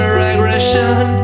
regression